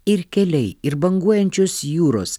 ir keliai ir banguojančios jūros